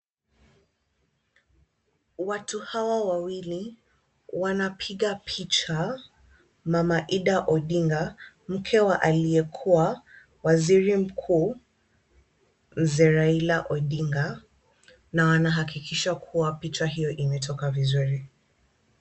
Watu hawa wawili, wanapiga picha mama Idah Odinga, mke wa aliyekuwa waziri mkuu Mzee Raila Odinga na wanahakikisha kuwa picha hizo imetoka vizuri.